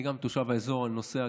אני גם תושב האזור, אני נוסע.